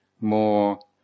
more